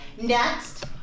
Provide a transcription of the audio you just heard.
Next